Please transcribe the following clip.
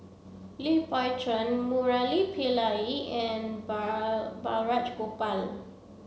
Lee Pao Chuen Murali Pillai it and Bar Balraj Gopal